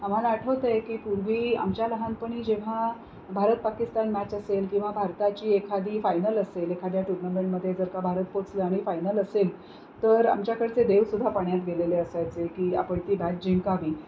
आम्हाला आठवत आहे की पूर्वी आमच्या लहानपणी जेव्हा भारत पाकिस्तान मॅच असेल किंवा भारताची एखादी फायनल असेल एखाद्या टूर्नामेंटमध्ये जर का भारत पोहचला आणि फायनल असेल तर आमच्याकडचे देवसुद्धा पाण्यात गेलेले असायचे की आपण ती बॅच जिंकावी